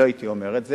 לא הייתי אומר את זה,